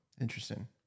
Interesting